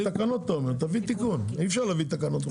אי אפשר להביא תקנות בחוק ההסדרים.